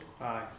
Aye